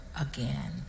again